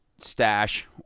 stash